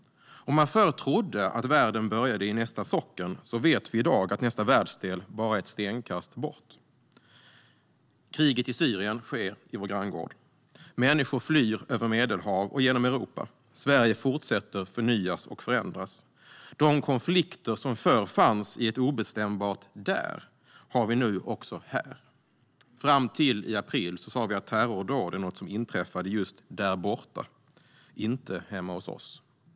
Om man förr trodde att världen började i nästa socken vet vi i dag att nästa världsdel bara är ett stenkast bort. Kriget i Syrien sker på vår granngård. Människor flyr över Medelhavet och genom Europa. Sverige fortsätter att förnyas och förändras. De konflikter som förr fanns i ett obestämbart "där" har vi nu också här. Fram till i april sa vi att terrordåd var något som inträffade "där borta", inte hemma hos oss.